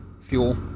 fuel